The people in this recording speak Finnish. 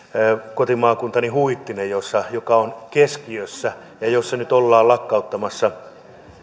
kotimaakuntani huittinen joka on keskiössä ja jossa nyt ollaan lakkauttamassa